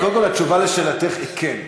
קודם כול, התשובה על שאלתך היא כן.